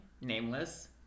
nameless